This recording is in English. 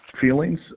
feelings